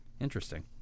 interesting